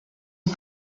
aux